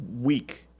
week